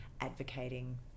advocating